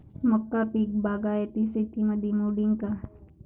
मका पीक बागायती शेतीमंदी मोडीन का?